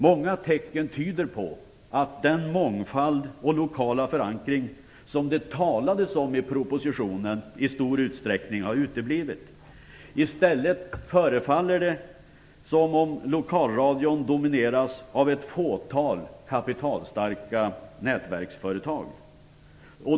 Många tecken tyder på att den mångfald och lokala förankring som det talades om i propositionen i stor utsträckning har uteblivit. I stället förefaller det som om lokalradion domineras av ett fåtal kapitalstarka nätverksföretag.